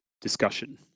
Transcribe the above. discussion